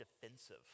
defensive